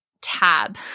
tab